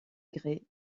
grès